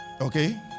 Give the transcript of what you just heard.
okay